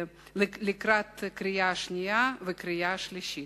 לקראת הקריאה השנייה והקריאה השלישית.